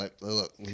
look